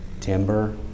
timber